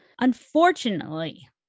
Unfortunately